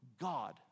God